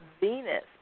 Venus